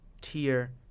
tier